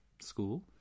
school